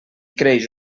creix